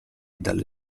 dalle